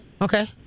Okay